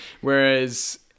Whereas